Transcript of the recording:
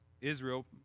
Israel